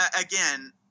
again